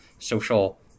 Social